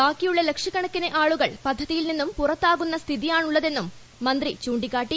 ബാക്കിയുള്ള ലക്ഷക്കണക്കിന് ആൾക്കാർ പദ്ധതിയിൽ നിന്നും പുറത്താകുന്ന സ്ഥിതിയാണുള്ളതെന്നും മന്ത്രി പറഞ്ഞു